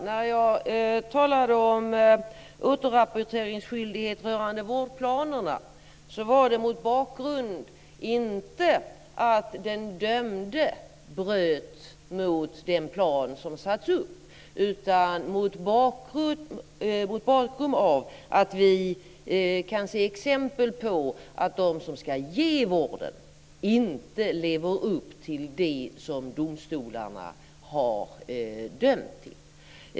När jag talade om återrapporteringsskyldighet rörande vårdplanerna var det inte mot bakgrund av att den dömde bröt mot den plan som satts upp utan mot bakgrund av att vi kan se exempel på att de som ska ge vården inte lever upp till det som domstolarna har dömt.